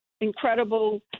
incredible